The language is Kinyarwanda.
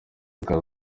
aka